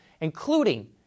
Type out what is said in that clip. including